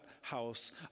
house